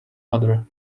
mother